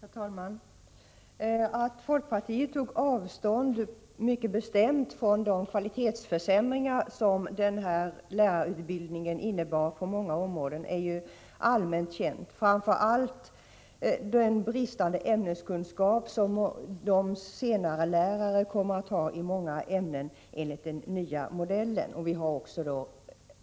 Herr talman! Att folkpartiet mycket bestämt har tagit avstånd från de kvalitetsförsämringar som denna lärarutbildning innebär på många områden är allmänt känt. Framför allt har vi tagit avstånd från den bristande ämneskunskap i många ämnen som senarelärarna kommer att ha enligt den nya modellen. Vi har också